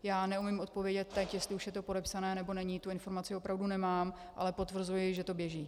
Já neumím odpovědět teď, jestli už je to podepsané, nebo není, tu informaci opravdu nemám, ale potvrzuji, že to běží.